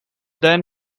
then